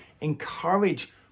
encourage